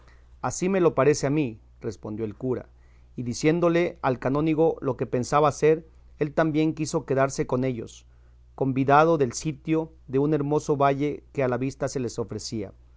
así me lo parece a mí respondió el cura y diciéndole al canónigo lo que pensaba hacer él también quiso quedarse con ellos convidado del sitio de un hermoso valle que a la vista se les ofrecía